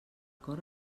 cor